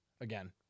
Again